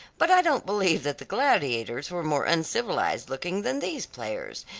but i don't believe that the gladiators were more uncivilized-looking than these players.